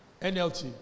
NLT